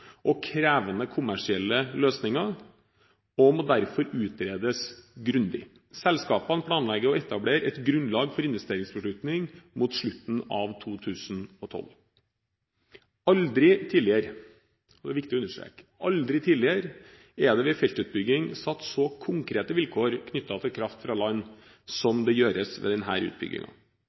– krevende kommersielle løsninger – og må derfor utredes grundig. Selskapene planlegger å etablere et grunnlag for investeringsbeslutning mot slutten av 2012. Aldri tidligere – det er det viktig å understreke – er det ved feltutbygging satt så konkrete vilkår knyttet til kraft fra land som det gjøres ved